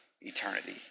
eternity